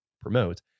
promote